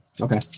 okay